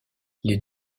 les